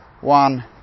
One